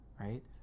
right